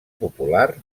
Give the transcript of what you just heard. popular